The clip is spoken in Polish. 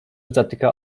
zatyka